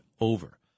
over